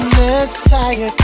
messiah